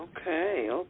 Okay